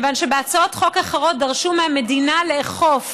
כיון שבהצעות חוק אחרות דרשו מהמדינה לאכוף